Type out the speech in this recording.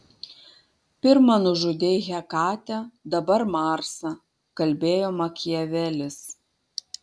pirma nužudei hekatę dabar marsą kalbėjo makiavelis